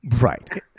right